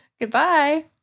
Goodbye